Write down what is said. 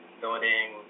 building